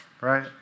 right